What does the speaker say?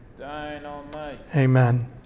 amen